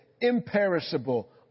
imperishable